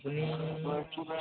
আপুনি